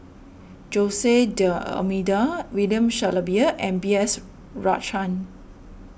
Jose D'Almeida William Shellabear and B S Rajhans